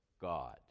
God